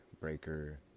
Breaker